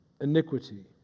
iniquity